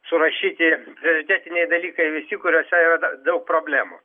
surašyti prioritetiniai dalykai visi kuriuose yra da daug problemų